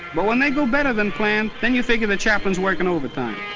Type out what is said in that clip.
but when they go better than planned, then you figure the chaplain's working overtime.